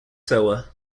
sewer